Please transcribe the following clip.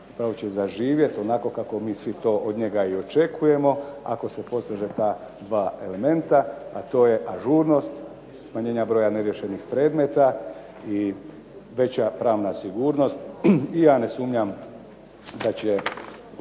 upravo će zaživjeti onako kako mi svi to od njega i očekujemo, ako se poslože ta dva elementa, a to je ažurnost smanjenja broja neriješenih predmeta i veća pravna sigurnost i ja ne sumnjam da će